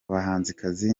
bahanzi